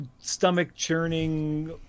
stomach-churning